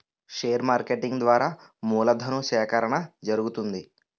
share marketing ద్వారా మూలధను సేకరణ జరుగుతుంది